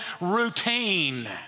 routine